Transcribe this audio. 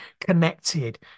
connected